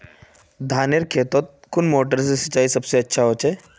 धानेर खेतोत कुन मोटर से सिंचाई सबसे अच्छा होचए?